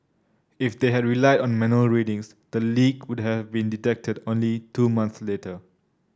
if they had relied on manual readings the leak would have been detected only two months later